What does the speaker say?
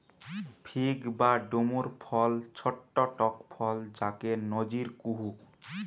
fig বা ডুমুর ফল ছট্ট টক ফল যাকে নজির কুহু